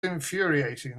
infuriating